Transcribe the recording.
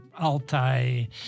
Altai